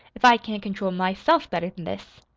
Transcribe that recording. if i can't control myself better than this!